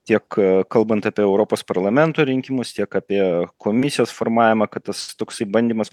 tiek kalbant apie europos parlamento rinkimus tiek apie komisijos formavimą kad tas toksai bandymas